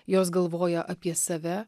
jos galvoja apie save